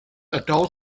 adult